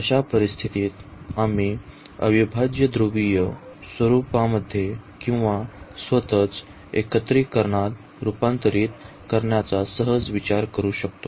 अशा परिस्थितीत आम्ही अविभाज्य ध्रुवीय स्वरुपामध्ये किंवा स्वतःच एकत्रिकरणात रुपांतरित करण्याचा सहज विचार करू शकतो